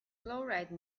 chloride